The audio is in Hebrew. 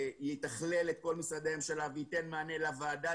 שיתכלל את כל משרדי הממשלה וייתן מענה לוועדה,